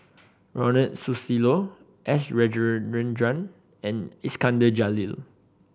Ronald Susilo S Rajendran and Iskandar Jalil